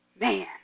man